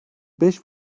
beş